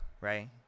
right